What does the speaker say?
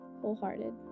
wholehearted